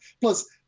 plus